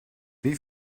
wie